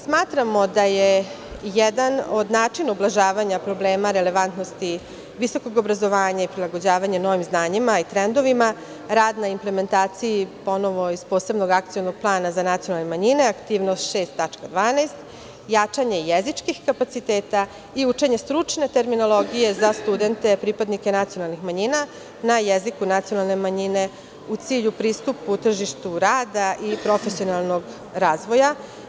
Smatramo da je jedan od načina ublažavanja problema relevantnosti visokog obrazovanja i prilagođavanja novim znanjima i trendovima rad na implementaciji, ponovo iz posebnog akcionog plana za nacionalne manjine, aktivnost 6. tačka 12. – jačanje jezičkih kapaciteta i učenje stručne terminologije za studente pripadnike nacionalnih manjina na jeziku nacionalne manjine u cilju pristupa u tržištu rada i profesionalnog razvoja.